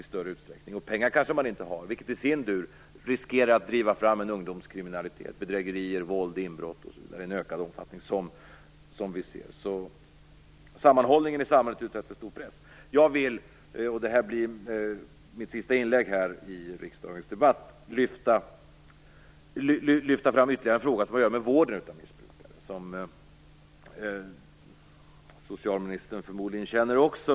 Pengar har de kanske inte, vilket i sin tur riskerar att driva fram en ökad ungdomskriminalitet i form av bedrägerier, inbrott osv. Sammanhållningen i samhället är utsatt för en stor press. Jag vill - och detta blir mitt sista inlägg i denna debatt - lyfta fram ytterligare en fråga som har med vården av missbrukare att göra.